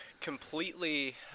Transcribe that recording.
completely